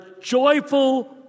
joyful